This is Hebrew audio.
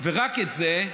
ורק את זה,